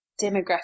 demographic